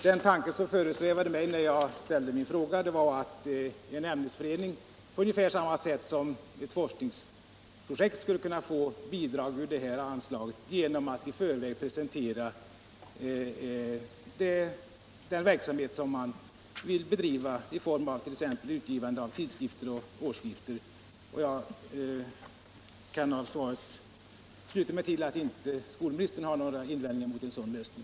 Den tanke som föresvävade mig när jag ställde min fråga var att en ämnesförening på ungefär samma sätt som ett forskningsprojekt skulle kunna få bidrag ur det här anslaget genom att i förväg presentera den verksamhet som man vill bedriva — exempelvis utgivande av tidskrifter och årsskrifter. Jag kan av svaret sluta mig till att inte skolministern har några invändningar mot en sådan lösning.